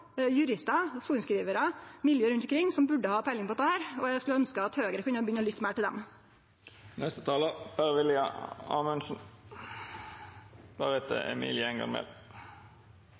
rundt omkring som burde ha peiling på dette. Eg skulle ønskje at Høgre kunne begynne å lytte meir til